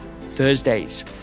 Thursdays